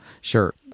Sure